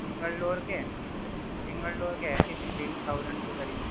single door کے single door کے ایسی ففٹین تھاؤزینڈ پہ کرییں